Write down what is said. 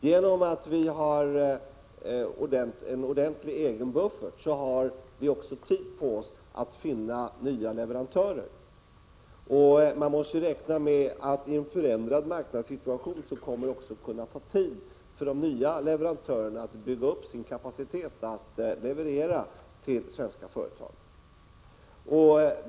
Genom att vi har en ordentligt tilltagen egen buffert har vi också tid på oss att finna nya leverantörer. Man måste ju räkna med att det i en förändrad marknadssituation också kommer att ta tid för de nya leverantörerna att bygga upp en kapacitet för leveranser till svenska företag.